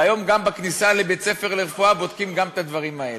והיום גם בכניסה לבית-ספר לרפואה בודקים גם את הדברים האלה.